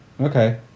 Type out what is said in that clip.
Okay